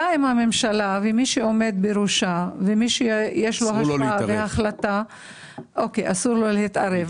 הממשלה ומי שעומד בראשה ומי שיש לו החלטה- -- אסור לו להתערב.